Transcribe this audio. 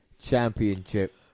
Championship